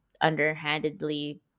underhandedly